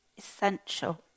essential